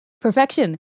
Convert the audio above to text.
Perfection